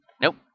Nope